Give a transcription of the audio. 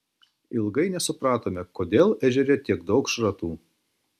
ilgai nesupratome kodėl ežere tiek daug šratų